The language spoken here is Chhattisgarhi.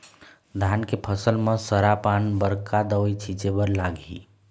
धान के फसल म सरा पान बर का दवई छीचे बर लागिही?